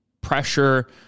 pressure